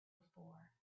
before